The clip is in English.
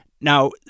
Now